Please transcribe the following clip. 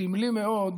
סמלי מאוד